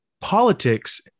politics